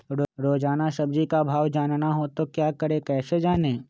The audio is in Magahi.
रोजाना सब्जी का भाव जानना हो तो क्या करें कैसे जाने?